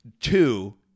Two